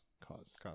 Cause